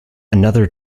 another